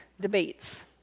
debates